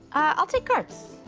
i'll take cards,